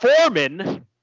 Foreman